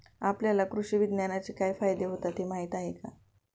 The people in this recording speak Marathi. आपल्याला कृषी विज्ञानाचे काय फायदे होतात हे माहीत आहे का?